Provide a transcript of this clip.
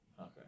Okay